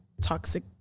toxic